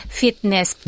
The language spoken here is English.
fitness